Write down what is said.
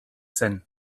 zen